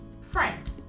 friend